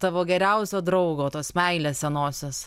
tavo geriausio draugo tos meilės senosios